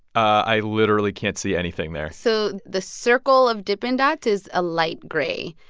i literally can't see anything there so the circle of dippin' dots is a light gray,